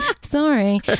sorry